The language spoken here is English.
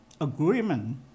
agreement